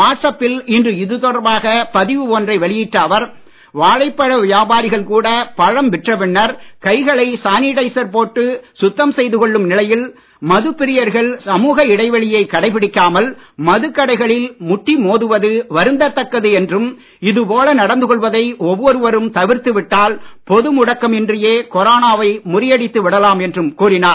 வாட்ஸ்அப்பில் இன்று இது தொடர்பாக பதிவு ஒன்றை வெளியிட்ட அவர் வாழைப்பழ வியாபாரிகள் கூட பழம் விற்ற பின்னர் கைகளை சானிடைசர் போட்டு சுத்தம் செய்து கொள்ளும் நிலையில் மதுப் பிரியர்கள் சமூக இடைவெளியைக் கடைபிடிக்காமல் மதுக் கடைகளில் முட்டி மோதுவது வருந்தத் தக்கது என்றும் இது போல நடந்து கொள்வதை ஒவ்வொருவரும் தவிர்த்து விட்டால் பொது முடக்கம் இன்றியே கொரோனாவை முறியடித்து விடலாம் என்றும் கூறினார்